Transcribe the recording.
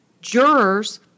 jurors